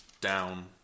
down